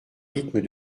rythme